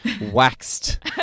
waxed